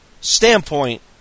standpoint